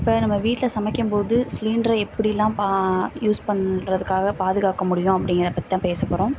இப்போ நம்ப வீட்டில் சமைக்கும் போது சிலிண்டரை எப்படிலாம் பா யூஸ் பண்ணுறதுக்காக பாதுகாக்க முடியும் அப்படிங்குறத பற்றி தான் பேசப்போகிறோம்